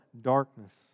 darkness